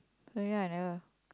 ya I never